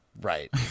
right